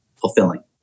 fulfilling